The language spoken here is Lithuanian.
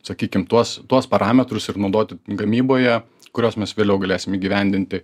sakykim tuos tuos parametrus ir naudoti gamyboje kurios mes vėliau galėsim įgyvendinti